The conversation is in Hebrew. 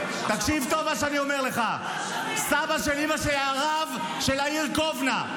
תקשיב טוב למה שאני אומר לך: סבא של אימא שלי היה הרב של העיר קובנה,